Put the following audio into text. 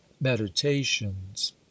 meditations